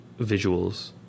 visuals